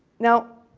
now,